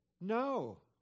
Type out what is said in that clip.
No